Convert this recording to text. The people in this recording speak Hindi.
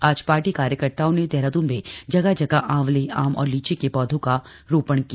आज पार्टी कार्यकर्ताओं ने देहरादून में जगह जगह आंवले आम और लीची के पौधों का रोपण किया